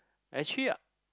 actually